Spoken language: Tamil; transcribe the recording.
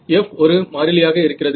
F ஒரு மாறிலியாக இருக்கிறது